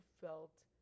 felt